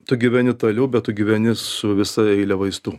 tu gyveni toliau bet tu gyveni su visa eile vaistų